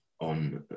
on